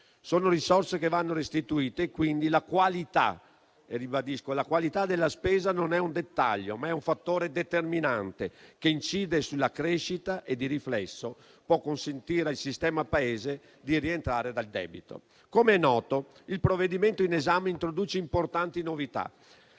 sono risorse che vanno restituite e quindi la qualità - ribadisco, la qualità - della spesa non è un dettaglio, ma è un fattore determinante che incide sulla crescita e, di riflesso, può consentire al sistema Paese di rientrare dal debito. Com'è noto, il provvedimento in esame introduce importanti novità,